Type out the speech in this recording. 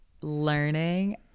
learning